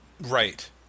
Right